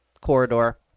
corridor